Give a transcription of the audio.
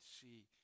see